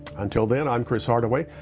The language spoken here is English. until then, i'm cris hardaway,